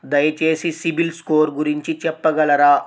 దయచేసి సిబిల్ స్కోర్ గురించి చెప్పగలరా?